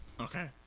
Okay